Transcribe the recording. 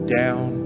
down